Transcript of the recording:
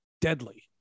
deadly